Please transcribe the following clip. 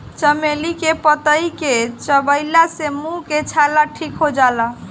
चमेली के पतइ के चबइला से मुंह के छाला ठीक हो जाला